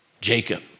Jacob